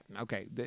okay